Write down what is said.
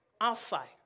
outside